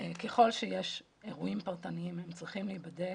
ככל שיש אירועים פרטניים הם צריכים להיבדק